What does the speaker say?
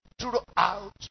throughout